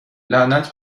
لعنت